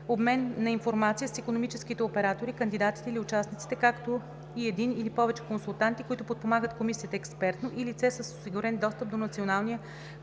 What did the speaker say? обмен на информация с икономическите оператори, кандидатите или участниците, както и един или повече консултанти, които подпомагат комисията експертно, и лице с осигурен достъп до Националния